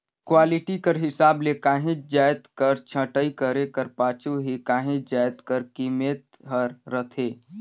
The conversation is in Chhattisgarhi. क्वालिटी कर हिसाब ले काहींच जाएत कर छंटई करे कर पाछू ही काहीं जाएत कर कीमेत हर रहथे